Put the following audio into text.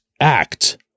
act